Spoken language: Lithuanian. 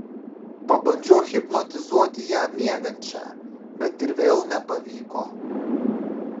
pabandžiau hipnotizuoti ją miegančią bet ir vėl nepavyko